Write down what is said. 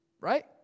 Right